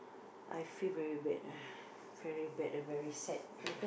I feel very bad ah very bad and very sad